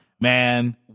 Man